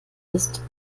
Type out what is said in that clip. ist